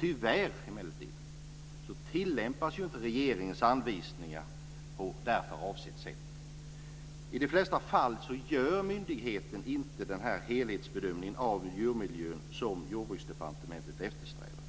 Tyvärr tillämpas emellertid inte regeringens anvisningar på därför avsett sätt. I de flesta fall gör myndigheten inte den helhetsbedömning av djurmiljön som Jordbruksdepartementet eftersträvar.